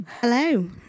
Hello